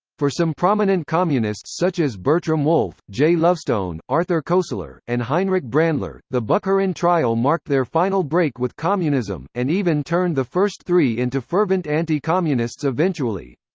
for some prominent communists such as bertram wolfe, jay lovestone, arthur koestler, and heinrich brandler, the bukharin trial marked their final break with communism, and even turned the first three into fervent anti-communists eventually.